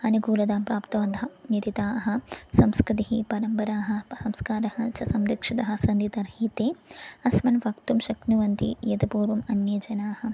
अनुकूलतां प्राप्तवन्तः निदिताः संस्कृतिः परम्पराः बह संस्कारः च संरक्षितः सन्ति तर्हि ते अस्मान् वक्तुं शक्नुवन्ति यत् पूर्वम् अन्ये जनाः